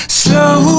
slow